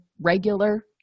regular